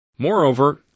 Moreover